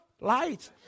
light